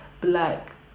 black